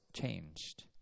changed